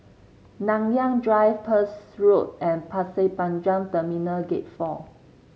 Nanyang Drive Peirce Road and Pasir Panjang Terminal Gate Four